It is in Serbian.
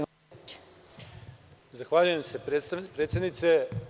Zahvaljujem se, predsednice.